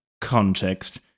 context